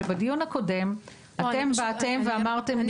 שבדיון הקודם אתם באתם ואמרתם לי --- לא,